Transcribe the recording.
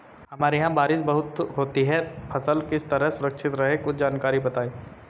हमारे यहाँ बारिश बहुत होती है फसल किस तरह सुरक्षित रहे कुछ जानकारी बताएं?